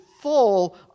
full